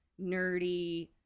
nerdy